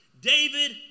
David